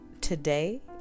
today